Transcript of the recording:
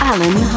Alan